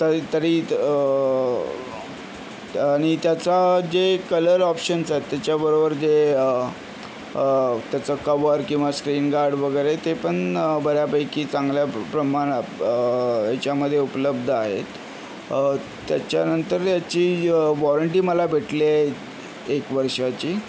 तरी तरी आणि त्याचा जे कलर ऑप्शन्स आहेत त्याच्याबरोबर जे त्याचं कवर किंवा स्क्रीन गार्ड वगैरे ते पण बऱ्यापैकी चांगल्या प्रमाण याच्यामध्ये उपलब्ध आहेत त्याच्यानंतर त्याची वॉरंटी मला भेटली आहे एक वर्षाची